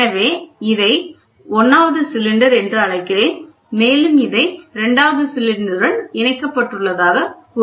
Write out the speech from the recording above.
எனவே இதை 1 வது சிலிண்டர் என்று அழைக்கிறேன் மேலும் இதை 2 வது சிலிண்டருடன் இணைக்கப்பட்டுள்ளதாக அழைப்பேன்